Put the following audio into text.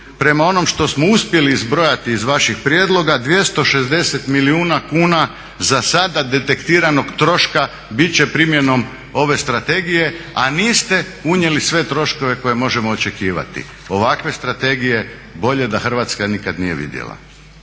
prema onom što smo uspjeli izbrojati iz vaših prijedloga 260 milijuna kuna za sada detektiranog troška biti će primjenom ove strategije a niste unijeli sve troškove koje možemo očekivati. Ovakve strategije bolje da Hrvatska nikad nije vidjela.